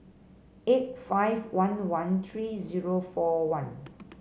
eight five one one three zero four one